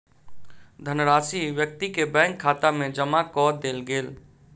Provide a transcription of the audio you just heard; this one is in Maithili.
धनराशि व्यक्ति के बैंक खाता में जमा कअ देल गेल